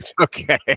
okay